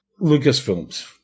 Lucasfilms